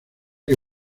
que